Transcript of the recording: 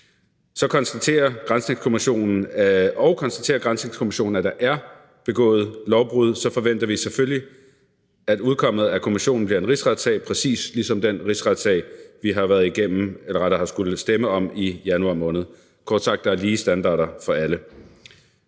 Og konstaterer granskningskommission, at der er begået lovbrud, forventer vi selvfølgelig, at udkommet af kommissionen bliver en rigsretssag præcis ligesom den rigsretssag, som vi har skullet stemme om i januar måned. Kort sagt: Der er lige standarder for alle.